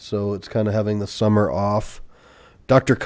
so it's kind of having the summer off d